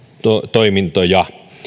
toimintoja